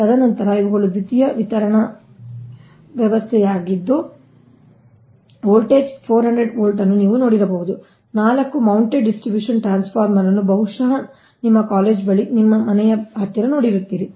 ತದನಂತರ ಇವುಗಳು ದ್ವಿತೀಯ ವಿತರಣಾ ವ್ಯವಸ್ಥೆಯಾಗಿದ್ದು ವೋಲ್ಟೇಜ್ 400V ಅನ್ನು ನೀವು ನೋಡಿರಬಹುದು 4 ಮೌಂಟೆಡ್ ಡಿಸ್ಟ್ರಿಬ್ಯೂಷನ್ ಟ್ರಾನ್ಸ್ಫಾರ್ಮರ್ ನ್ನು ಬಹುಶಃ ನಿಮ್ಮ ಕಾಲೇಜ್ ಬಳಿ ನಿಮ್ಮ ಮನೆಯ ಹತ್ತಿರ ನೋಡಿರುತ್ತೀರಿ